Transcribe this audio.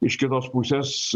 iš kitos pusės